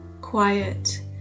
quiet